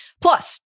Plus